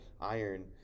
iron